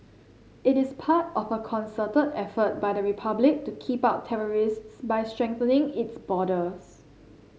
it is part of a concerted effort by the Republic to keep out terrorists by strengthening its borders